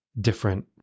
different